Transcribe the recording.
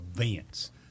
events